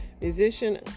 Musician